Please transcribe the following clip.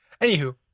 Anywho